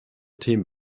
themen